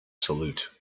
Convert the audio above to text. salute